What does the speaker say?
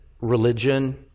religion